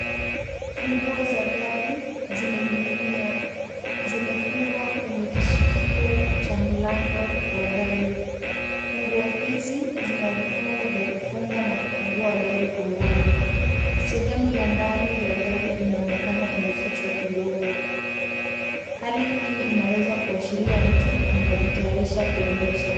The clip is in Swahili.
Funguo za gari zimening'inia. Zimefungwa kwenye kishikio cha mlango wa gari. Funguo hizi zina vifungo vya kufunga na kufungua gari kwa mbali. Sehemu ya ndani ya gari inaonekana imefichwa kidogo. Hali hii inaweza kuashiria mtu anajitayarisha kuendesha.